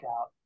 out